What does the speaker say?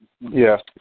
Yes